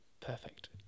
Perfect